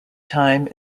time